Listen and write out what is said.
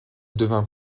devint